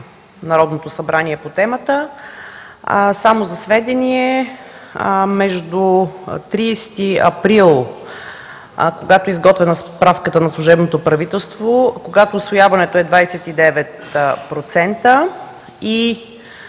Народното събрание по темата. За сведение – между 30 април, когато е изготвена справката на служебното правителство, когато усвояването е 29%, и